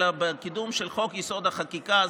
אלא בקידום של חוק-יסוד: החקיקה.